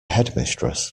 headmistress